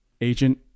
agent